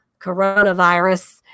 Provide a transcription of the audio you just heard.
coronavirus